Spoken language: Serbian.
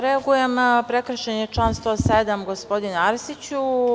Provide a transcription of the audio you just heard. Reagujem, prekršen je član 107, gospodine Arsiću.